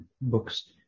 books